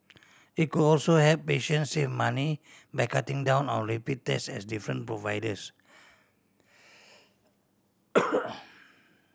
it could also help patients save money by cutting down on repeat tests at different providers